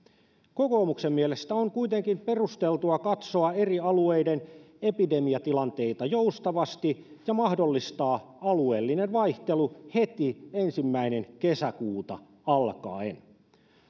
kokoomuksen mielestä on kuitenkin perusteltua katsoa eri alueiden epidemiatilanteita joustavasti ja mahdollistaa alueellinen vaihtelu heti ensimmäinen kesäkuuta alkaen